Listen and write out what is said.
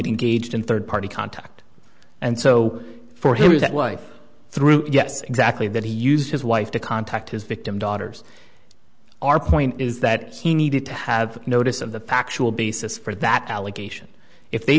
engaged in third party contact and so for him is that wife through yes exactly that he used his wife to contact his victim daughters our point is that he needed to have notice of the factual basis for that allegation if they